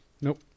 Nope